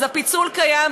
אז הפיצול קיים,